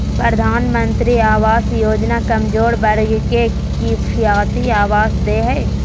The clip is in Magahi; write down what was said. प्रधानमंत्री आवास योजना कमजोर वर्ग के किफायती आवास दे हइ